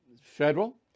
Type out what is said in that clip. Federal